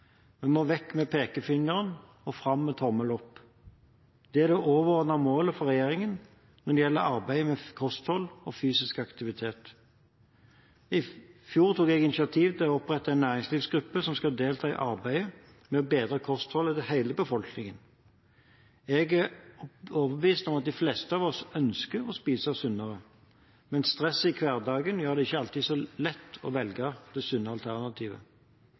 En må få vekk pekefingeren og få fram «tommel opp». Det er det overordnede målet for regjeringen når det gjelder arbeidet med kosthold og fysisk aktivitet. I fjor tok jeg initiativ til å opprette en næringslivsgruppe som skal delta i arbeidet med å bedre kostholdet til hele befolkningen. Jeg er overbevist om at de fleste av oss ønsker å spise sunnere, men stresset i hverdagen gjør det ikke alltid så lett å velge det sunne alternativet.